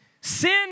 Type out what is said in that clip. Sin